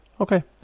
okay